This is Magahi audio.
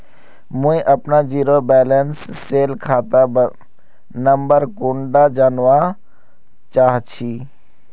मुई अपना जीरो बैलेंस सेल खाता नंबर कुंडा जानवा चाहची?